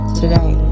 today